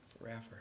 forever